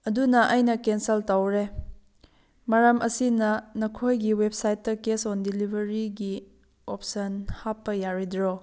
ꯑꯗꯨꯅ ꯑꯩꯅ ꯀꯦꯟꯁꯦꯜ ꯇꯧꯔꯦ ꯃꯔꯝ ꯑꯁꯤꯅ ꯅꯈꯣꯏꯒꯤ ꯋꯦꯞꯁꯥꯏꯠꯇ ꯀꯦꯁ ꯑꯣꯟ ꯗꯦꯂꯤꯕꯔꯤꯒꯤ ꯑꯣꯞꯁꯟ ꯍꯥꯞꯄ ꯌꯥꯔꯣꯏꯗ꯭ꯔꯣ